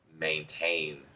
maintain